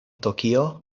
tokio